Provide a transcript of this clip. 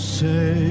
say